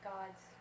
God's